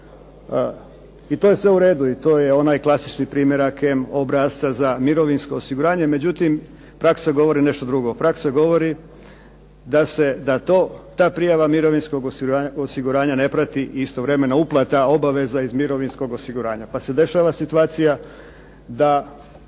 I to je sve u redu, i to je onaj klasični primjerak M obrasca za mirovinsko osiguranje, međutim praksa govori nešto drugo. Praksa govori da ta prijava mirovinskog osiguranja ne prati istovremena uplata obaveza iz mirovinskog osiguranja. Pa se dešava situacija da